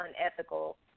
unethical